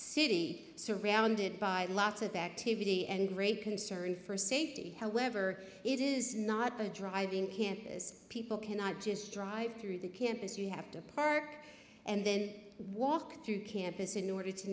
city surrounded by lots of activity and great concern for safety however it is not the driving campus people cannot just drive through the campus you have to park and then walk through campus in order to